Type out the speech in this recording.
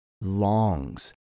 longs